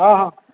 ହଁ ହଁ